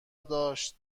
داشت